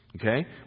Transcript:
okay